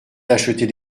d’acheter